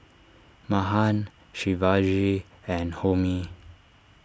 Mahan Shivaji and Homi